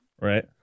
Right